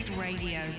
radio